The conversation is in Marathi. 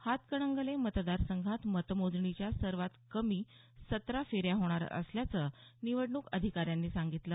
हातकणंगले मतदारसंघात मतमोजणीच्या सर्वात कमी सतरा फेऱ्या होणार असल्याचं निवडणूक अधिकाऱ्यांनी सांगितलं